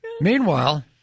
Meanwhile